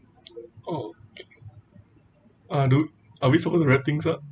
okay uh do are we supposed to wrap things up